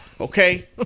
Okay